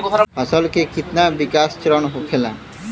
फसल के कितना विकास चरण होखेला?